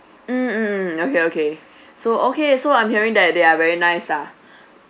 mm mm mm okay okay so okay so I'm hearing that they are very nice lah